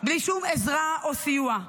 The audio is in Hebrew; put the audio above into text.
בלי שום עזרה או סיוע.